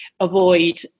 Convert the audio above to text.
avoid